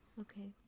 Okay